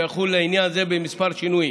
שיחול לעניין זה עם כמה שינויים.